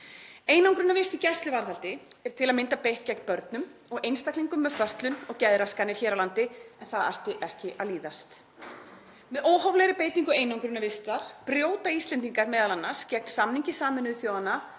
Einangrunarvist í gæsluvarðhaldi er til að mynda beitt gegn börnum og einstaklingum með fötlun og geðraskanir hér á landi en það ætti ekki að líðast. Með óhóflegri beitingu einangrunarvistar brjóta Íslendingar m.a. gegn samningi Sameinuðu þjóðanna